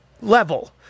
level